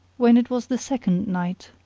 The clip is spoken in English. when it was the second night,